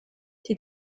die